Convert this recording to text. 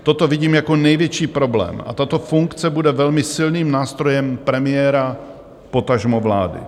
Toto vidím jako největší problém a tato funkce bude velmi silným nástrojem premiéra, potažmo vlády.